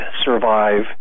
survive